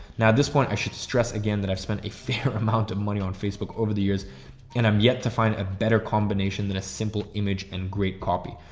now this point, i should stress again that i've spent a fair amount of money on facebook over the years and i'm yet to find a better combination than a simple image and great copy.